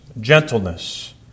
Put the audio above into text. gentleness